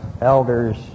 Elders